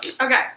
Okay